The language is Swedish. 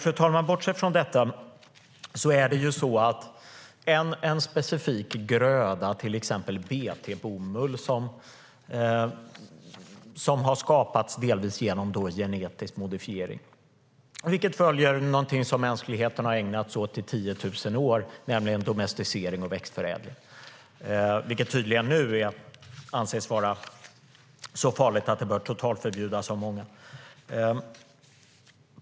Låt mig, fru talman, nämna en specifik gröda, bt-bomull. Den har delvis skapats genom genetisk modifiering. Det följer något som mänskligheten ägnat sig åt i 10 000 år, nämligen domesticering och växtförädling. Det anses tydligen nu av många vara så farligt att det bör totalförbjudas.